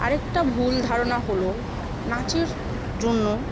আরেকটা ভুল ধারণা হলো নাচের জন্য